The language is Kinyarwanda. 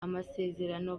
amasezerano